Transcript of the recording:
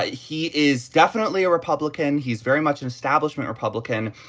ah he is definitely a republican. he is very much an establishment republican.